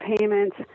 payments